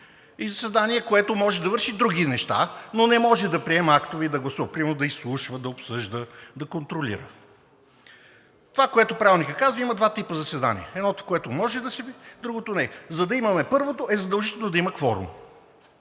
и заседание, което може да върши други неща, но не може да приема актове и да гласува – примерно да изслушва, да обсъжда, да контролира. Това, което Правилникът казва, има два типа заседания – едното, което може да…, другото – не. За да имате първото, е задължително да имаме кворум,